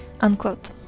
Unquote